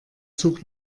zug